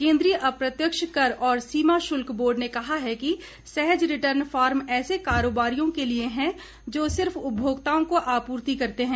केन्द्रीय अप्रत्यक्ष कर और सीमा शुल्क बोर्ड ने कहा है कि सहज रिटर्न फार्म ऐसे कारोबारियों के लिये है जो सिर्फ उपभोक्ताओं को आपूर्ति करते हैं